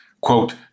quote